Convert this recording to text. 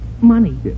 money